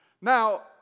Now